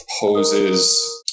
poses